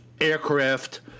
aircraft